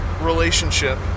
relationship